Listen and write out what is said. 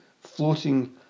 floating